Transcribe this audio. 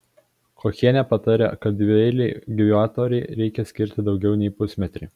kochienė patarė kad dvieilei gyvatvorei reikia skirti daugiau nei pusmetrį